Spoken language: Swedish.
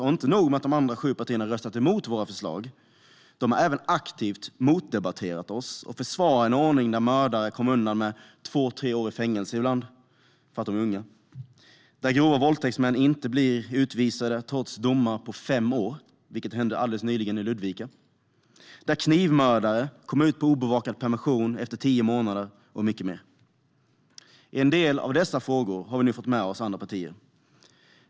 Det är inte nog med att de andra sju partierna har röstat emot våra förslag. De har även aktivt debatterat mot oss och försvarat en ordning där mördare kommer undan med två tre år i fängelse, ibland för att de är unga. De har försvarat en ordning där grova våldtäktsmän inte blir utvisade trots domar på fem år - detta hände nyligen i Ludvika - där knivmördare kommer ut på obevakad permission efter tio månader och så vidare. I en del av dessa frågor har vi nu fått med oss andra partier.